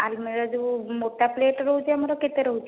ଆଲମିରାଟି ମୋଟା ପ୍ଲେଟ୍ ରହୁଛି ଆମର କେତେ ରହୁଛି